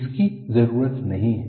इसकी जरूरत नहीं है